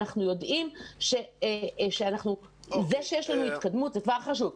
אנחנו יודעים שזה שיש לנו התקדמות זה כבר חשוב.